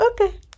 Okay